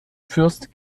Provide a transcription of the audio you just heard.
fürst